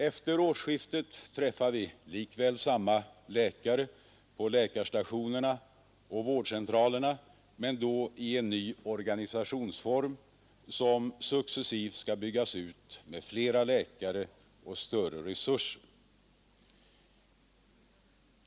Efter årsskiftet träffar vi likväl samma läkare på läkarstationerna och vårdcentralerna, men då i en ny organisationsform som successivt skall byggas ut med flera läkare och större resurser.